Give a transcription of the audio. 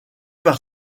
par